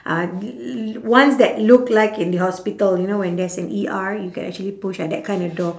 ah l~ ones that look like in the hospital you know when there's an E_R you can actually push ya that kind of door